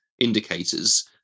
indicators